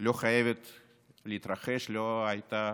לא חייבת להתרחש, לא הייתה